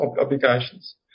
obligations